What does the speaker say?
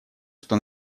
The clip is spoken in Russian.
что